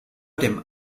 dem